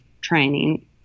training